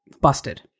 busted